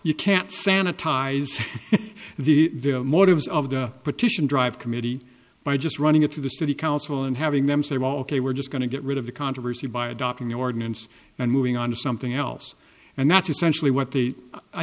can't sanitize the motives of the petition drive committee by just running it to the city council and having them say well ok we're just going to get rid of the controversy by adopting the ordinance and moving on to something else and that's essentially what the i